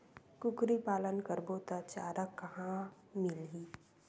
कुकरी पालन करबो त चारा कहां मिलही?